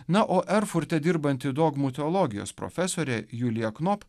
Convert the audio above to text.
na o erfurte dirbanti dogmų teologijos profesorė julia knop